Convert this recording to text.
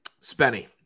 Spenny